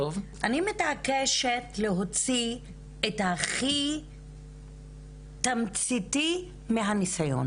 אני --- אני מתעקשת להוציא את הכי תמציתי מהניסיון